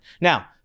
Now